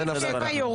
סעיף 7 יורד.